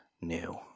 new